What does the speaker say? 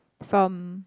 from